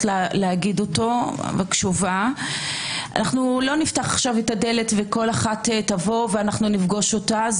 לומר אותו לא נפתח את הדלת וכל אחת תבוא ונפגוש אותה.